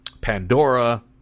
Pandora